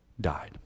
died